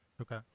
Okay